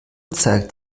zeigt